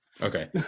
Okay